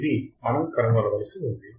ఇది మనం కనుగొనవలసి ఉంది